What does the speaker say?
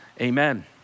amen